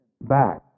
back